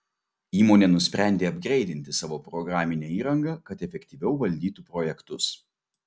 įmonė nusprendė apgreidinti savo programinę įrangą kad efektyviau valdytų projektus